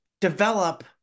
develop